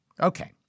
Okay